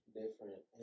different